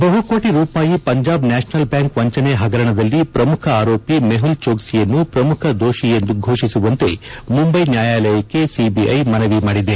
ಬಹುಕೋಟ ರೂಪಾಯಿ Punjab national bank ವಂಚನೆ ಹಗರಣದಲ್ಲಿ ಪ್ರಮುಖ ಆರೋಪಿ ಮೇಹುಲ್ ಚೋಕ್ಲಿಯನ್ನು ಪ್ರಮುಖ ದೋಷಿಯೆಂದು ಘೋಷಿಸುವಂತೆ ಮುಂಬೈ ನ್ವಾಯಾಲಯಕ್ಕೆ ಸಿಬಿಐ ಮನವಿ ಮಾಡಿದೆ